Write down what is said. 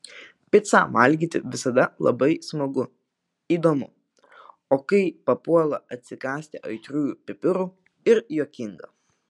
picą valgyti visada labai smagu įdomu o kai papuola atsikąsti aitriųjų pipirų ir juokinga